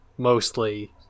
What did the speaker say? mostly